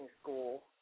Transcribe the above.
school